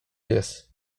pies